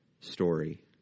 story